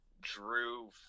drew